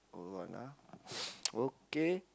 old one ah okay